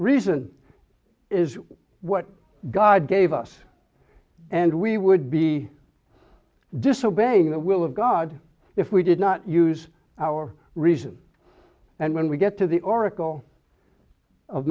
reason is what god gave us and we would be disobeying the will of god if we did not use our reason and when we get to the oracle of